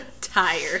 tired